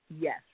Yes